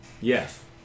Yes